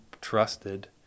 trusted